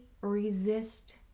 resist